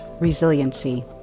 Resiliency